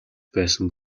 байсан